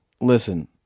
Listen